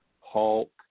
Hulk